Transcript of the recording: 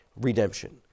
redemption